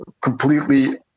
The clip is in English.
completely